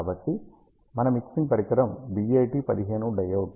కాబట్టి ఇది మన మిక్సింగ్ పరికరం BAT15 డయోడ్